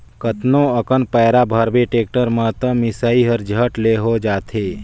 कतनो अकन पैरा भरबे टेक्टर में त मिसई हर झट ले हो जाथे